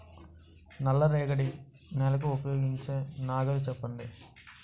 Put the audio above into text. నల్ల రేగడి నెలకు ఉపయోగించే నాగలి చెప్పండి?